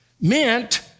meant